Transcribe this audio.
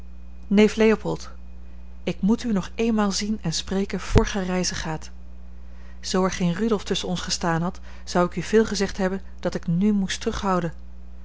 neef leopold ik moet u nog eenmaal zien en spreken vr gij reizen gaat zoo er geen rudolf tusschen ons gestaan had zou ik u veel gezegd hebben dat ik nù moest terughouden